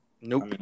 Nope